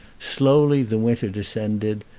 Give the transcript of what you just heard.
slowly the winter descended,